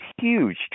huge